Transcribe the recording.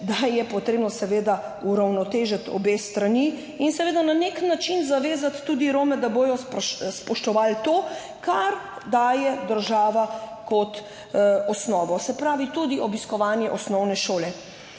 da je potrebno seveda uravnotežiti obe strani, in seveda na nek način zavezati tudi Rome, da bodo spoštovali to, kar daje država kot osnovo, se pravi tudi obiskovanje osnovne šole.